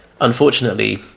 unfortunately